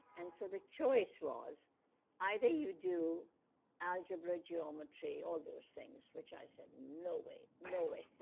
and so the choice was either you do algebra, geometry, all those things which i said, no way, no way.